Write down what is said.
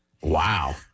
Wow